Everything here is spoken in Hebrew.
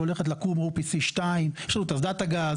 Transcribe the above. שהולכת לקום - אור PC-2. יש לנו את אסדת הגז,